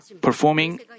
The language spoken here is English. performing